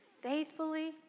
faithfully